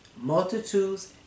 multitudes